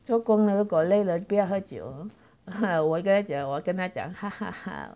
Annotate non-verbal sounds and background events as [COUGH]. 收工了如果累了不要喝酒哦我跟他讲我跟他讲 [LAUGHS]